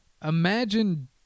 Imagine